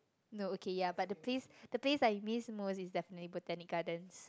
no okay ya but the place the place I miss the most is definitely Botanic-Gardens